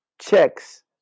checks